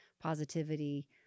positivity